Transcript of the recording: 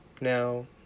now